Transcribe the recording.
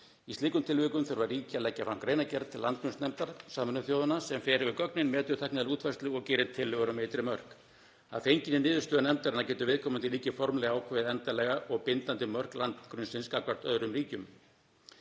Í slíkum tilvikum þurfa ríki að leggja fram greinargerð til landgrunnsnefndar Sameinuðu þjóðanna sem fer yfir gögnin, metur tæknilega útfærslu og gerir tillögur um ytri mörk. Að fenginni niðurstöðu nefndarinnar getur viðkomandi ríki formlega ákveðið endanleg og bindandi mörk landgrunnsins gagnvart öðrum ríkjum.